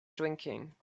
drinking